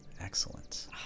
Excellent